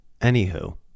Anywho